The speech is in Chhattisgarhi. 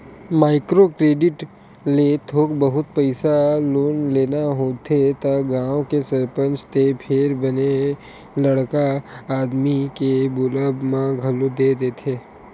माइक्रो क्रेडिट ले थोक बहुत पइसा लोन लेना होथे त गाँव के सरपंच ते फेर बने बड़का आदमी के बोलब म घलो दे देथे